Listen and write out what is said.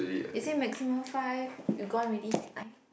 you say maximum five you gone already 来